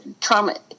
trauma